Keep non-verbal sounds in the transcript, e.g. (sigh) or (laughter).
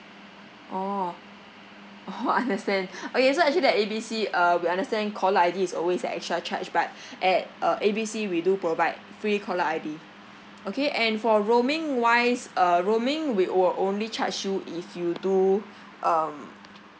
orh orh understand (laughs) okay so actually at A B C uh we understand caller I_D is always at extra charge but at uh A B C we do provide free caller I_D okay and for roaming wise uh roaming we will only charge you if you do um